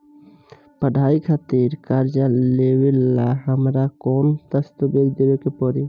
पढ़ाई खातिर कर्जा लेवेला हमरा कौन दस्तावेज़ देवे के पड़ी?